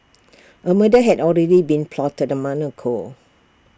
A murder had already been plotted A month ago